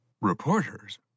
Reporters